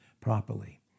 properly